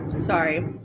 sorry